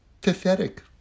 pathetic